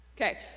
Okay